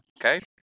Okay